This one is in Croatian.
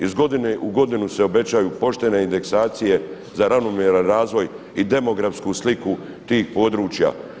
Iz godine u godinu se obećaju poštene indeksacije za ravnomjeran razvoj i demografsku sliku tih područja.